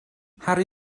harri